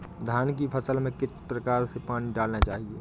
धान की फसल में किस प्रकार से पानी डालना चाहिए?